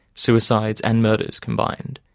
suicides and murders combined.